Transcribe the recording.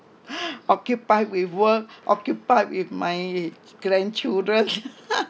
occupied with work occupied with my grandchildren